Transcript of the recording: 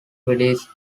release